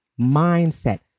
mindset